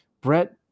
Brett